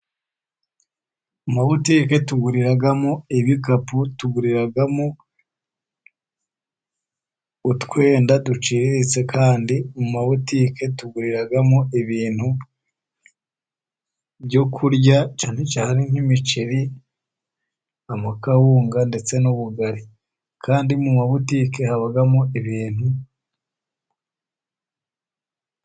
Amabutike tuguriramo ibikapu, tuguriramo utwenda duciriritse, kandi mu mabutike tuguriramo ibintu byo kurya, cyane cyane nk'imiceri, amakawunga, ndetse n'ubugari. Kandi mu mabutike habamo ibintu.